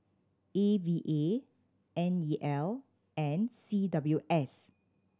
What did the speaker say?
A V A N E L and C W S